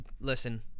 listen